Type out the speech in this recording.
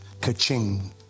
Ka-ching